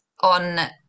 on